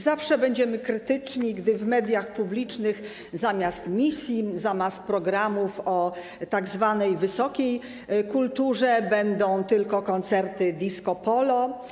Zawsze będziemy krytyczni, gdy w mediach publicznych zamiast misji, zamiast programów o tzw. wysokiej kulturze będą tylko koncerty disco polo.